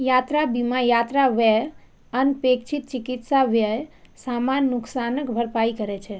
यात्रा बीमा यात्रा व्यय, अनपेक्षित चिकित्सा व्यय, सामान नुकसानक भरपाई करै छै